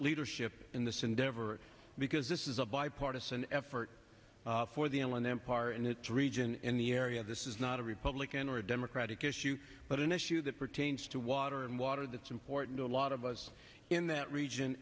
leadership in this endeavor because this is a bipartisan effort for the island empire and its region in the area this is not a republican or a democratic issue but an issue that pertains to water and water that's important to a lot of us in that region